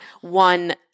one